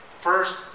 first